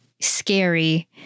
scary